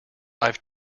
i’ve